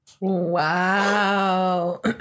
Wow